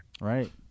Right